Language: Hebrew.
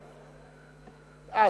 אז,